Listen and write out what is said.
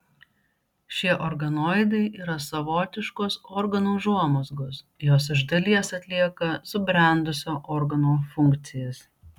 šie organoidai yra savotiškos organų užuomazgos jos iš dalies atlieka subrendusio organo funkcijas